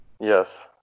Yes